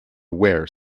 wear